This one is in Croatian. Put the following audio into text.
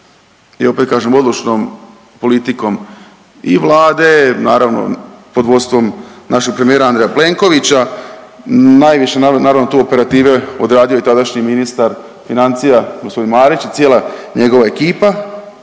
i opet kažem odlučnom politikom i Vlade, naravno pod vodstvom našeg premijera Andreja Plenkovića, najviše naravno tu operative odradio je tadašnji ministar financija g. Marić i cijela njegova ekipa,